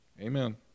Amen